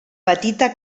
petita